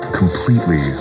completely